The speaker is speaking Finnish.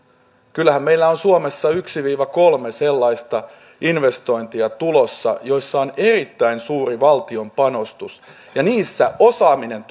kyllähän meillä on suomessa tulossa yksi viiva kolme sellaista investointia joissa on erittäin suuri valtion panostus ja niissä osaaminen